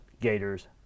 Gators